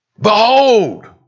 Behold